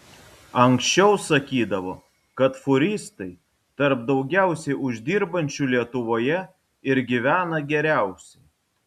anksčiau sakydavo kad fūristai tarp daugiausiai uždirbančių lietuvoje ir gyvena geriausiai